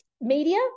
Media